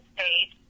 State